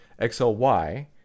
XLY